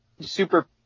super